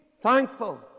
thankful